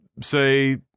say